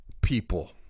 people